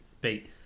beat